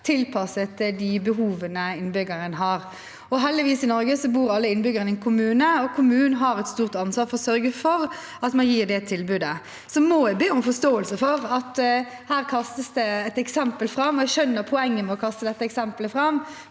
tilpasset de behovene innbyggeren har. Heldigvis bor alle innbyggerne i Norge i en kommune, og kommunen har et stort ansvar for å sørge for at man gir det tilbudet. Så må jeg be om forståelse for at det her kastes fram et eksempel – og jeg skjønner jo poenget med å kaste dette eksempelet fram,